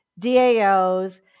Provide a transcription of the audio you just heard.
DAOs